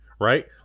right